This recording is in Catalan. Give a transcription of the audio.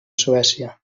suècia